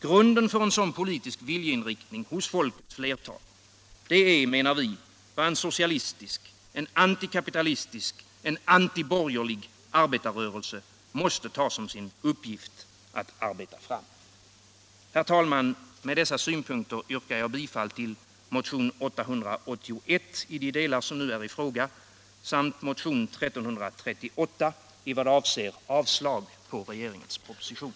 Grunden för en sådan politisk viljeinriktning hos folkets flertal är vad en socialistisk, en antikapitalistisk, en antiborgerlig arbetarrörelse måste ta som sin uppgift att arbeta fram. Herr talman! Med dessa synpunkter yrkar jag bifall till motionen 881 i de delar som nu är i fråga samt motionen 1338 i vad avser avslag på regeringens proposition.